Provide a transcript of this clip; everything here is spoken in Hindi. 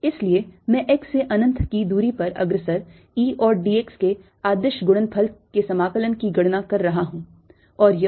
इसलिए मैं x से अनंत तक की दूरी पर अग्रसर E और dx के अदिश गुणनफल के समाकलन की गणना कर रहा हूं